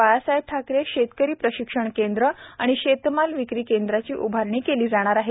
बाळासाहेब ठाकरे शेतकरी प्रशिक्षण केंद्र आणि शेतमाल विक्री केंद्राची उभारणी केली जाणार आहे